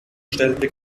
stellte